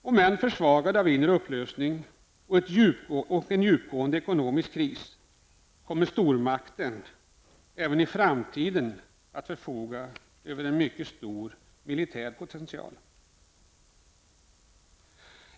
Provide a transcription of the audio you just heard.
Om än försvagad av en inre upplösning och en djupgående ekonomisk kris kommer stormakten även i framtiden att förfoga över en mycket stor militär potential.